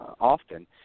often